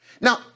Now